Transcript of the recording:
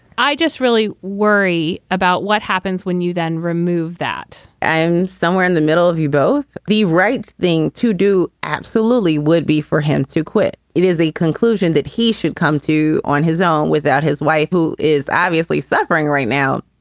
i just really worry about what happens when you then remove that and somewhere in the middle of you both, the right thing to do absolutely would be for him to quit. it is a conclusion that he should come to on his own without his wife, who is obviously suffering right now,